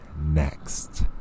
next